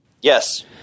Yes